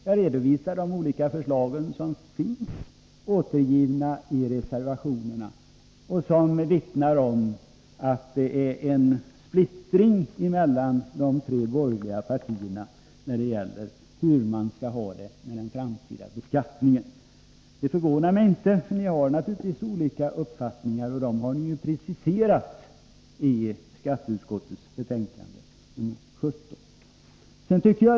Jag redovisade de olika förslag som finns återgivna i reservationerna och som vittnar om att det råder en splittring mellan de tre borgerliga partierna när det gäller hur man skall ha det med den framtida beskattningen. Det förvånar mig inte. Ni har naturligtvis olika uppfattningar, och dem har ni preciserat i skatteutskottets betänkande 17.